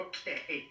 Okay